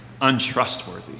untrustworthy